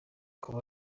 akaba